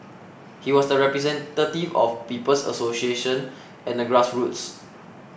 he was the representative of People's Association and the grassroots